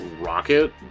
rocket